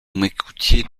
m’écoutiez